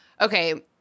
Okay